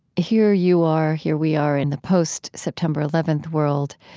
here you are, here we are, in the post-september eleventh world.